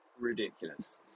ridiculous